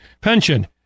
pension